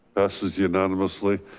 passes unanimously.